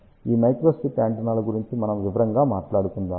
ఈ మైక్రోస్ట్రిప్ యాంటెన్నాల గురించి మనము వివరంగా మాట్లాడుకుందాము